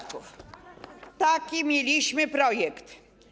Taki mieliśmy projekt.